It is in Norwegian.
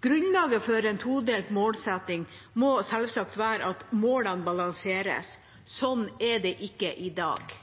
Grunnlaget for en todelt målsetting må selvsagt være at målene balanseres. Sånn er det ikke i dag.